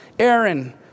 Aaron